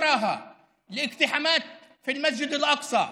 להפרות נגד מסגד אל-אקצא,